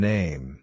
Name